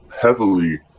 heavily